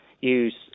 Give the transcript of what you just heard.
use